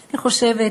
שאני חושבת